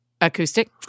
Acoustic